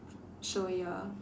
so ya